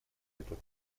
этот